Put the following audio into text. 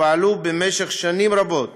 שפעלו במשך שנים רבות